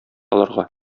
аларга